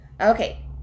Okay